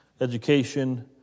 education